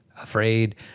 afraid